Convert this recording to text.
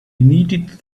needed